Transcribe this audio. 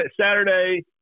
Saturday